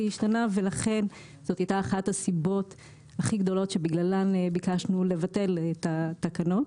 השתנו ולכן זאת הייתה אחת הסיבות הכי גדולות בגללן ביקשנו לבטל את התקנות.